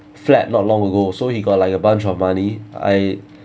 flat not long ago so he got like a bunch of money I